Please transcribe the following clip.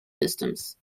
systems